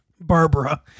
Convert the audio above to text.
Barbara